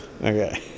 okay